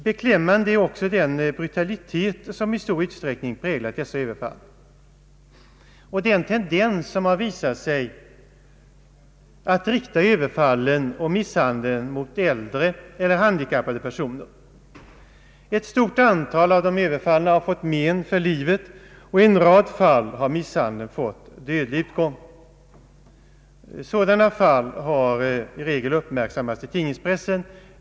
Beklämmande är också den brutalitet som i stor utsträckning präglat dessa överfall och den tendens som uppkommit att rikta överfallen och misshandeln mot äldre eller handikappade personer. Ett stort antal av de överfallna har fått men för livet, och i en rad fall har misshandeln fått dödlig utgång. Sådana fall har i regel uppmärksammats i tidningspressen.